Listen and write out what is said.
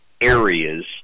areas